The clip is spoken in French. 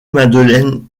madeleine